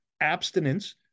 abstinence